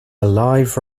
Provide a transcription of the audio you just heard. live